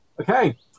Okay